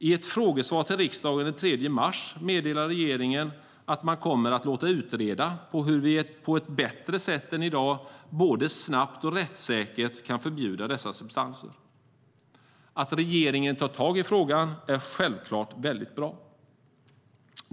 I ett frågesvar till riksdagen den 3 mars meddelar regeringen att man kommer att låta utreda hur vi på ett bättre sätt än i dag både snabbt och rättssäkert kan förbjuda dessa substanser. Att regeringen tar tag i frågan är självklart väldigt bra.